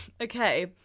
Okay